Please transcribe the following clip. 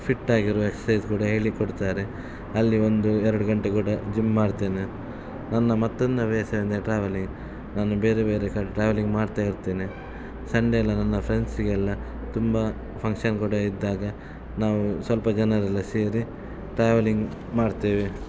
ಫಿಟ್ಟಾಗಿರೊ exercise ಕೂಡ ಹೇಳಿ ಕೊಡ್ತಾರೆ ಅಲ್ಲಿ ಒಂದು ಎರಡು ಗಂಟೆ ಕೂಡ ಜಿಮ್ ಮಾಡ್ತೇನೆ ನನ್ನ ಮತ್ತೊಂದು ಹವ್ಯಾಸ ಎಂದರೆ ಟ್ರಾವೆಲಿನ್ ನಾನು ಬೇರೆ ಬೇರೆ ಕಡೆ ಟ್ರಾವೆಲ್ಲಿಂಗ್ ಮಾಡ್ತಾ ಇರ್ತೇನೆ ಸಂಡೆಯೆಲ್ಲ ನನ್ನ ಫ್ರೆಂಡ್ಸಿಗೆಲ್ಲ ತುಂಬ ಫಂಕ್ಷನ್ ಕೂಡ ಇದ್ದಾಗ ನಾವು ಸ್ವಲ್ಪ ಜನರೆಲ್ಲ ಸೇರಿ ಟ್ರಾವೆಲ್ಲಿಂಗ್ ಮಾಡ್ತೇವೆ